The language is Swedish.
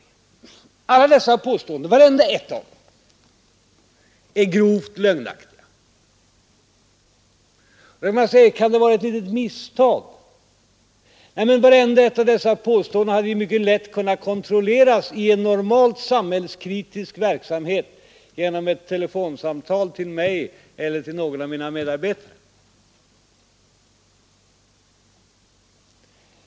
Alla dessa påståenden är grovt lögnaktiga. Kan det vara ett litet misstag? Nej. Vart enda ett av dessa påståenden hade mycket lätt kunnat kontrolleras i en normalt samhällskritisk verksamhet genom ett telefonsamtal till mig eller någon av mina medarbetare.